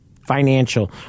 Financial